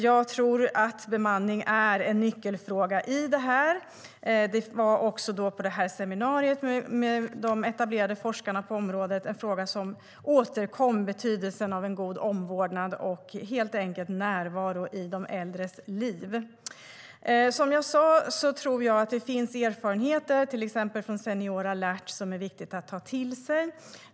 Jag tror att bemanning är en nyckelfråga i detta. Detta var en fråga som återkom också på seminariet med de etablerade forskarna på området. Det handlar om betydelsen av en god omvårdnad och helt enkelt närvaro i de äldres liv. Som jag sa tror jag att det finns erfarenheter, till exempel från Senior alert, som är viktiga att ta till sig.